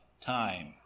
time